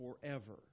forever